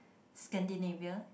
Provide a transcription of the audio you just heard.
Scandinavia